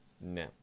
No